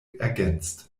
ergänzt